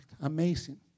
amazing